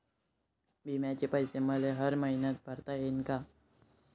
बिम्याचे पैसे मले हर मईन्याले भरता येईन का?